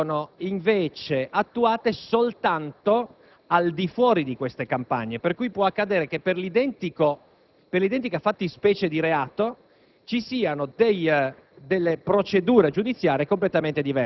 Legaranzie, peraltro scarsissime, vengono invece attuate soltanto al di fuori di queste campagne. Pertanto, può accadere che per l'identica fattispecie di reato